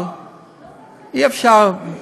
אבל אי-אפשר,